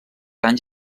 anys